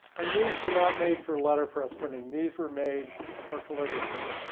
and these were not made for letter press printing, these were made for calligraphers.